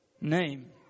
name